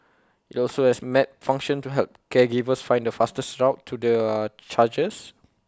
IT also has A map function to help caregivers find the fastest route to their charges